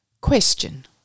Question